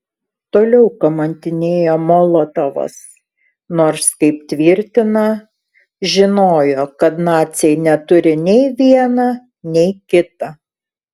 toliau kamantinėjo molotovas nors kaip tvirtina žinojo kad naciai neturi nei viena nei kita